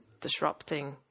disrupting